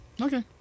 Okay